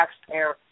taxpayer